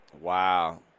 Wow